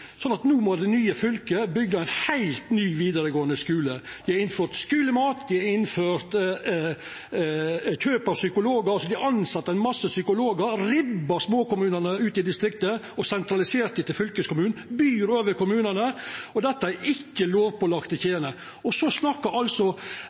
at det nye fylket no må byggja ein heilt ny vidaregåande skule. Dei har innført skulemat, dei har tilsett ein masse psykologar, og dei har ribba småkommunane ute i distriktet og sentralisert dei til fylkeskommunen – og byr over kommunane. Og dette er